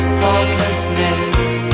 thoughtlessness